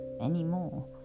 anymore